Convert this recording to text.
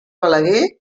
balaguer